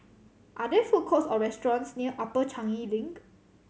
are there food courts or restaurants near Upper Changi Link